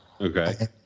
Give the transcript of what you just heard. Okay